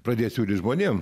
pradėt siūlyt žmonėm